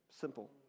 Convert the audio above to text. Simple